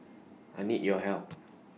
I need your help